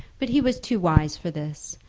but he was too wise for this,